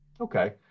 okay